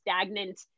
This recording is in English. stagnant